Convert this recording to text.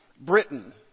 Britain